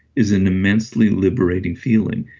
is an immensely liberating feeling.